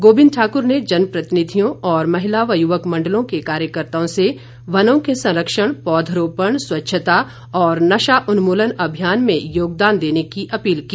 गोविंद ठाकुर ने जनप्रतिनिधियों और महिला व युवक मंडलों के कार्यकर्त्ताओं से वनों के संरक्षण पौध रोपण स्वच्छता और नशा उन्मूलन अभियान में योगदान देने की अपील की